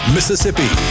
Mississippi